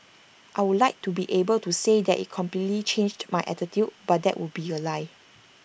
I would like to be able to say that IT completely changed my attitude but that would be A lie